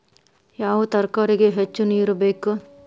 ಯಾವ ತರಕಾರಿಗೆ ಹೆಚ್ಚು ನೇರು ಬೇಕು?